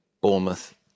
Bournemouth